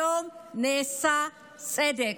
היום נעשה צדק.